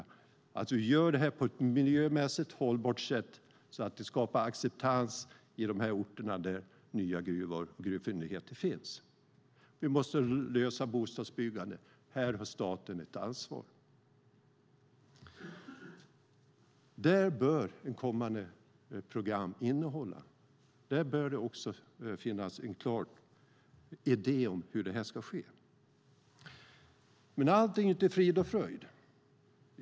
Vi måste alltså göra det här på ett miljömässigt hållbart sätt så att det skapar acceptans på de orter där nya gruvfyndigheter finns. Vi måste lösa frågan om bostadsbyggande, och här har staten ett ansvar. I ett kommande program bör det finnas en klar idé om hur det här ska ske. Men allt är inte frid och fröjd.